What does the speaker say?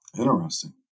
Interesting